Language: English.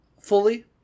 fully